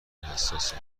حساسه